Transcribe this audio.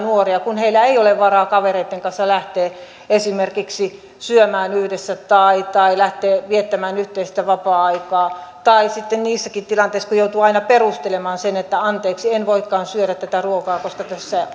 nuoria kun heillä ei ole varaa kavereitten kanssa lähteä esimerkiksi syömään yhdessä tai tai lähteä viettämään yhteistä vapaa aikaa tai sitten niissäkin tilanteissa kun joutuu sen aina perustelemaan että anteeksi en voikaan syödä tätä ruokaa koska